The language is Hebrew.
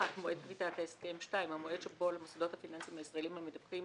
מועד כריתת ההסכם; המועד שבו על המוסדות הפיננסיים הישראליים המדווחים